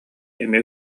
эмиэ